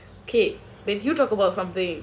okay then you talk about something